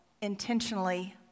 intentionally